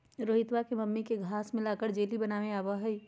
रोहितवा के मम्मी के घास्य मिलाकर जेली बनावे आवा हई